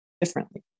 differently